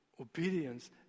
obedience